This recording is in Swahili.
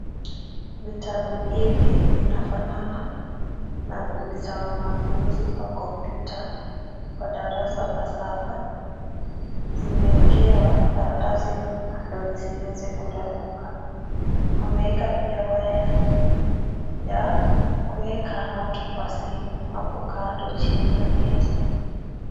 Vitabu hivi vinafanana na ni za wanafunzi wa kompyuta wa darasa la saba. Zimewekewa karatasi nyuma ndio zisiweze kuraruka. Wameweka pia waya ya kuweka moto kwa simu hapo kando chini ya meza.